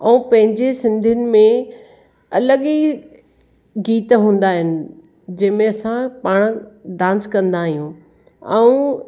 ऐं पंहिंजे सिंधियुनि में अलॻि ई गीत हूंदा आहिनि जंहिंमें असां पाण डांस कंदा आहियूं ऐं